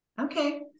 Okay